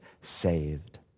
saved